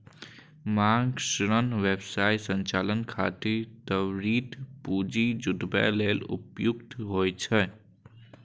मांग ऋण व्यवसाय संचालन खातिर त्वरित पूंजी जुटाबै लेल उपयुक्त होइ छै